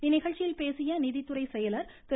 இந்நிகழ்ச்சியில் பேசிய நிதித்துறை செயலர் திரு